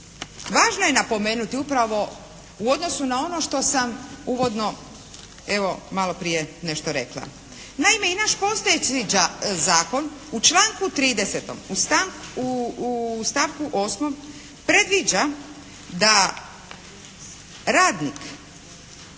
važno je napomenuti upravo u odnosu na ono što sam uvodno evo maloprije nešto rekla. Naime i naš postojeći zakon u članku 30. u stavku 8. predviđa da radnik